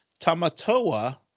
Tamatoa